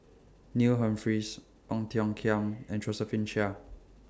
Neil Humphreys Ong Tiong Khiam and Josephine Chia